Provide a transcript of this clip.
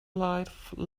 life